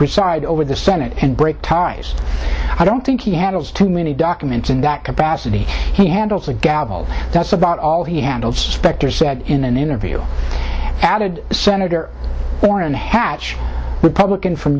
preside over the senate and break ties i don't think he handles too many documents in that capacity he handles the gavel that's about all he handled specter said in an interview added senator orrin hatch republican from